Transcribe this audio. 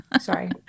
Sorry